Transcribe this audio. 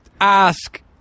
ask